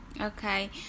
okay